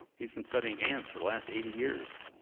he's been studying ants for the last eighty years.